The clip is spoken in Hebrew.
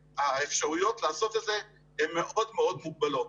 האפשרויות לעשות את זה הן מאוד מוגבלות.